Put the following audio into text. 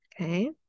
Okay